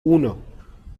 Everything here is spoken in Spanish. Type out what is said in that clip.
uno